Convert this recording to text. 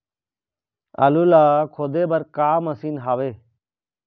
आलू ला खोदे बर का मशीन हावे?